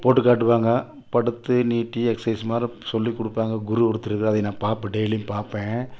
போட்டு காட்டுவாங்க படுத்து நீட்டி எக்ஸைஸ் மாதிரி சொல்லி கொடுப்பாங்க குரு ஒருத்தர் அதை நான் பார்ப்பேன் டெய்லியும் பார்ப்பேன்